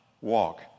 walk